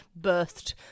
birthed